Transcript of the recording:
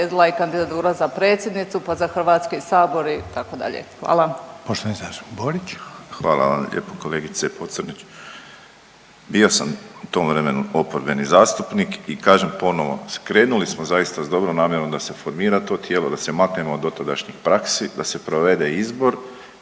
i kandidatura za predsjednicu, pa za Hrvatski sabor itd. Hvala. **Reiner, Željko (HDZ)** Poštovani zastupnik Borić. **Borić, Josip (HDZ)** Hvala vam lijepo kolegice Pocrnić. Bio sam u tom vremenu oporbeni zastupnik i kažem ponovo, mislim krenuli smo zaista s dobrom namjerom da se formira to tijelo, da se maknemo od dotadašnjih praksi, da se provede izbor